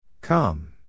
Come